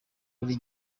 buri